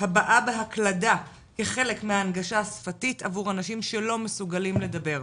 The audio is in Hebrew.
הבעה בהקלדה כחלק מהנגשה שפתית עבור אנשים שלא מסוגלים לדבר.